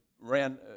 ran